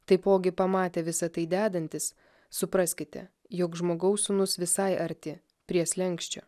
taipogi pamatę visą tai dedantis supraskite jog žmogaus sūnus visai arti prie slenksčio